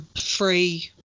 free